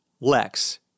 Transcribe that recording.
Lex